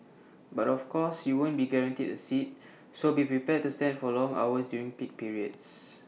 but of course you won't be guaranteed A seat so be prepared to stand for long hours during peak periods